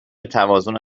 توازن